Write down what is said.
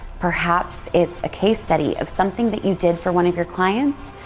perhaps, it's a case study of something that you did for one of your clients.